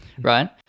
Right